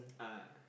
ah